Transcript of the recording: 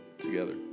together